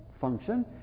function